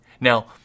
Now